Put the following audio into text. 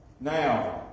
Now